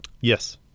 Yes